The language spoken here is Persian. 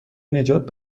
نجات